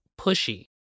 pushy